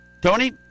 tony